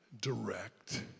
direct